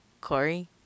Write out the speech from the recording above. corey